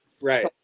Right